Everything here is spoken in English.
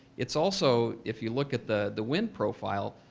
it's also, if you look at the the wind profile,